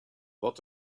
wat